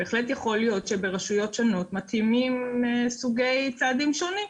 בהחלט יכול להיות שברשויות שונות מתאימים צעדים שונים.